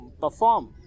perform